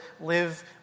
live